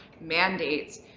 mandates